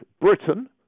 Britain